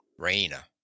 Raina